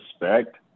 respect